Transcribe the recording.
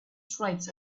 stripes